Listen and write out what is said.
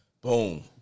Boom